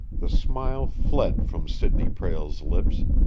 the smile fled from sidney prale's lips,